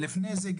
לפני זה,